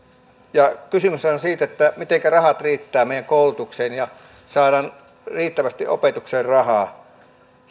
ja kysymyshän on siitä mitenkä rahat riittävät meidän koulutukseen ja saadaan riittävästi opetukseen rahaa